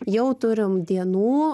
jau turim dienų